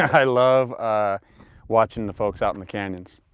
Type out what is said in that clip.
i love watching the folks out in the canyons.